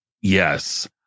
Yes